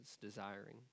desiring